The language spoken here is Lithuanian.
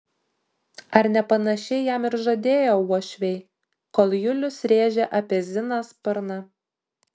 ar ne panašiai jam ir žadėjo uošviai kol julius rėžė apie ziną sparną